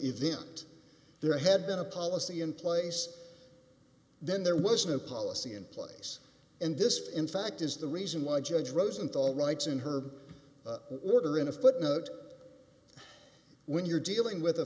event there had been a policy in place then there was no policy in place and this in fact is the reason why judge rosenthal writes in her order in a footnote when you're dealing with a